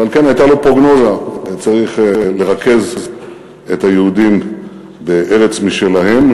ולכן הייתה לו פרוגנוזה: צריך לרכז את היהודים בארץ משלהם,